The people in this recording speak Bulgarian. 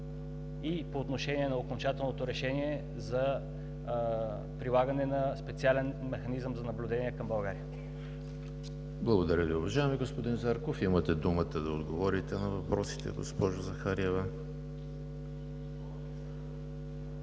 и по отношение на окончателното решение за прилагане на специален механизъм за наблюдение към България? ПРЕДСЕДАТЕЛ ЕМИЛ ХРИСТОВ: Благодаря Ви, уважаеми господин Зарков. Имате думата да отговорите на въпросите, госпожо Захариева.